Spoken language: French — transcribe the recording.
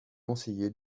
conseillé